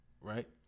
right